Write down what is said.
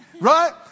Right